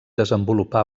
desenvolupà